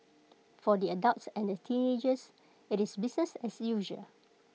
for the adults and the teenagers IT is business as usual